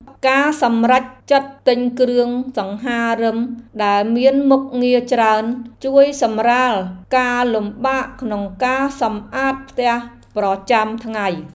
ការសម្រេចចិត្តទិញគ្រឿងសង្ហារិមដែលមានមុខងារច្រើនជួយសម្រាលការលំបាកក្នុងការសម្អាតផ្ទះប្រចាំថ្ងៃ។